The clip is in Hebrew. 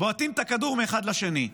בועטים את הכדור מאחד לשני.